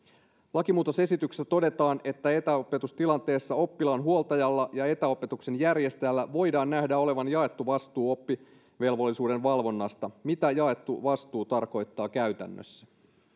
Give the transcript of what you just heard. lakimuutosesityksessä todetaan että etäopetustilanteessa oppilaan huoltajalla ja etäopetuksen järjestäjällä voidaan nähdä olevan jaettu vastuu oppivelvollisuuden valvonnasta mitä jaettu vastuu tarkoittaa käytännössä